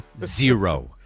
zero